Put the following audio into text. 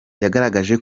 yagaragaje